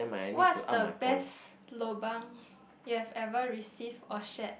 what's the best lobang you've ever received or shared